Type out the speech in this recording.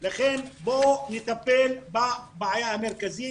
לכן בואו נטפל בבעיה המרכזית,